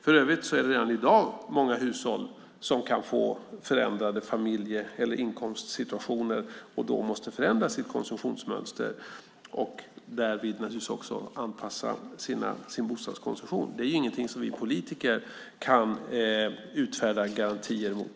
För övrigt är det redan i dag många hushåll som kan få förändrade familje eller inkomstsituationer och då måste förändra sitt konsumtionsmönster och därmed naturligtvis också anpassa sin bostadskonsumtion. Det är ingenting som vi politiker kan utfärda garantier mot.